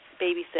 babysit